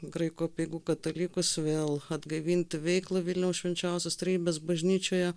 graikų apeigų katalikus vėl atgaivinti veiklą vilniaus švenčiausios trejybės bažnyčioje